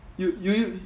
you you u~